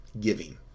giving